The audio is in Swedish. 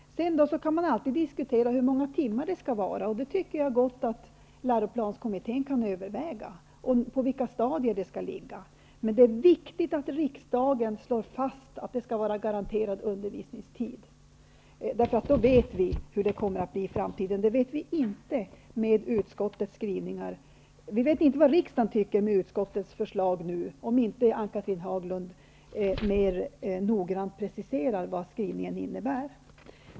Sedan kan man alltid diskutera hur många timmar det skall vara, och det tycker jag att läroplanskommittén kan överväga, likaså på vilka stadier undervisningen skall ges. Det är viktigt att riksdagen slår fast att det skall vara garanterad undervisningstid, för då vet vi hur det kommer att bli i framtiden. Det vet vi inte med utskottets skrivningar. Med utskottets förslag vet vi inte vad riksdagen tycker, om inte Anne-Cathrine Haglund mer noggrant preciserar vad skrivningen innebär.